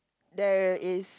there is